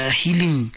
healing